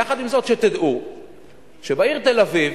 יחד עם זאת, שתדעו שבעיר תל-אביב